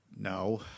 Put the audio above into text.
No